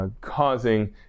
causing